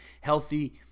healthy